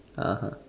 (uh huh)